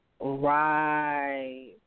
Right